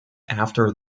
after